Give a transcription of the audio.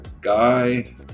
guy